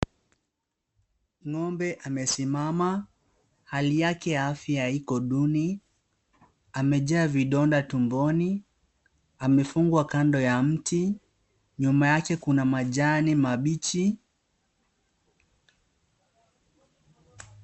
Ng'ombe amesimama, hali yake ya afya iko duni. Amejaa vidonda tumboni, amefungwa kando ya mti. Nyuma yake kuna majani mabichi.